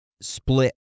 Split